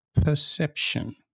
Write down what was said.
perception